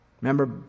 Remember